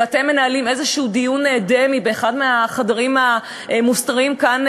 ואתם מנהלים איזשהו דיון דמה באחד מהחדרים המוסתרים כאן,